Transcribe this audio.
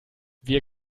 wir